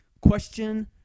Question